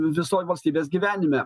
visoj valstybės gyvenime